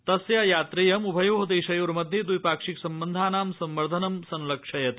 तस्य यात्रेयं उभयो देशयोर्मध्ये द्विपाक्षिक सम्बन्धानां संवर्धनं संलक्षयति